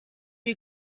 you